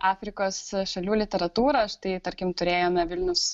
afrikos šalių literatūrą štai tarkim turėjome vilnius